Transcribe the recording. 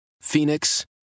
Phoenix